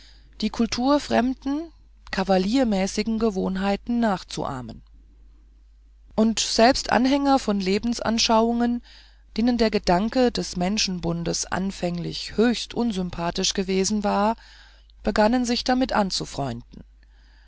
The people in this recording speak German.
die kulturfremden kavaliermäßigen gewohnheiten nachzuahmen und selbst anhänger von lebensanschauungen denen der gedanke des menschenbundes anfänglich höchst unsympathisch gewesen war begannen sich damit